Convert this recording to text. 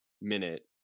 minute